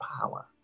power